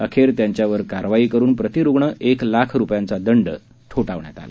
अखेर त्यांच्यावर कारवाई करुन प्रति रुग्ण एक लाख रुपयांचा दंड ठोठावला